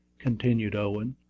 continued owen,